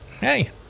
hey